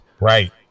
Right